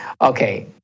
Okay